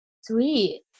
Sweet